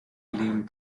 lived